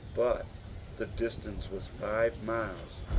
but the distance was five miles,